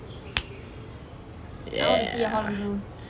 ya